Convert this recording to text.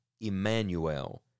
Emmanuel